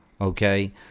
Okay